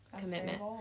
commitment